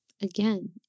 again